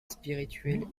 spirituel